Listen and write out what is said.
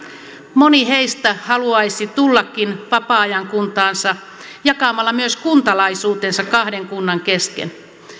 moni heistä haluaisi tullakin vapaa ajan kuntaansa jakamalla myös kuntalaisuutensa kahden kunnan kesken